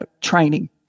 training